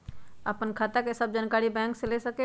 आपन खाता के सब जानकारी बैंक से ले सकेलु?